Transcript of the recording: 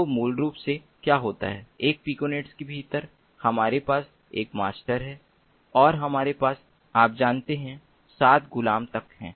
तो मूल रूप से क्या होता है एक पिकोनेट के भीतर हमारे पास एक मास्टर है और हमारे पास आप जानते है 7 गुलाम तक है